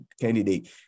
candidate